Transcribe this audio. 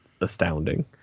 astounding